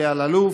אלי אלאלוף,